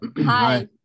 Hi